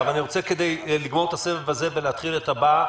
לגמור את הסבב הזה ולהתחיל את הבא,